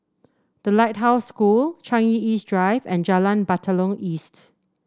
The Lighthouse School Changi East Drive and Jalan Batalong East